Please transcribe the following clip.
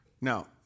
now